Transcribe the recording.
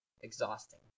exhausting